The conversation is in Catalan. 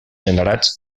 generats